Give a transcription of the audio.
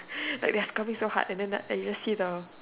like they are scrubbing so hard and then like I just see the